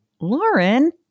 Lauren